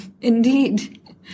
indeed